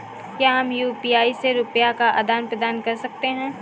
क्या हम यू.पी.आई से रुपये का आदान प्रदान कर सकते हैं?